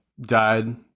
died